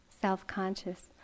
self-conscious